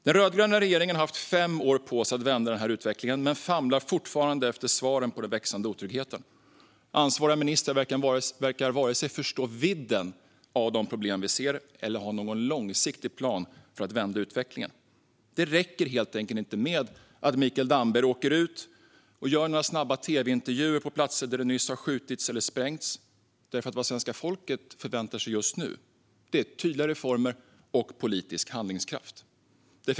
Den rödgröna regeringen har haft fem år på sig att vända den här utvecklingen men famlar fortfarande efter svar när det gäller den växande otryggheten. Ansvariga ministrar verkar varken förstå vidden av de problem vi ser eller ha någon långsiktig plan för att vända utvecklingen. Det räcker helt enkelt inte med att Mikael Damberg åker ut och gör några snabba tv-intervjuer på platser där det nyss har skjutits eller sprängts, för vad svenska folket förväntar sig just nu är tydliga reformer och politisk handlingskraft.